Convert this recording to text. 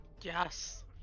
Yes